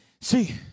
See